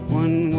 one